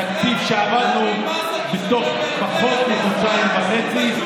תקציב שעבדנו עליו פחות מחודשיים וחצי,